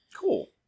Cool